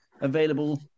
available